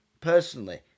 personally